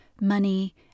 money